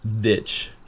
Ditch